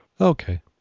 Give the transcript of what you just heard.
Okay